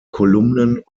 kolumnen